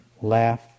laugh